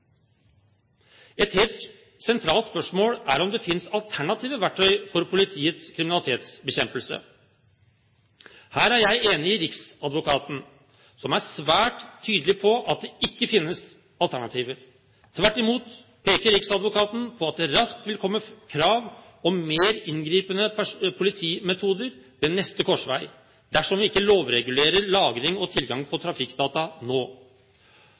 Et helt sentralt spørsmål er om det finnes alternative verktøy for politiets kriminalitetsbekjempelse. Her er jeg enig med riksadvokaten, som er svært tydelig på at det ikke finnes alternativer. Tvert imot peker riksadvokaten på at det raskt vil komme krav om mer inngripende politimetoder ved neste korsvei dersom vi ikke lovregulerer lagring og tilgang på trafikkdata nå.